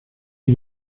die